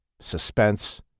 Suspense